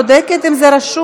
אני בודקת אם זה רשום,